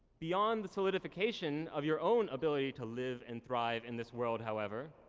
beyond the solidification of your own ability to live and thrive in this world, however,